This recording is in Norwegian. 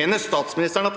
Mener statsministeren at